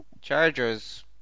Chargers